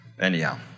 anyhow